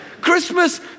Christmas